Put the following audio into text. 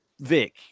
Vic